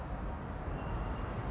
well that was the first internship right